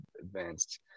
advanced